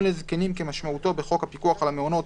לזקנים כמשמעותו בחוק הפיקוח על המעונות,